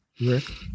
Rick